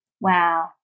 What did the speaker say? Wow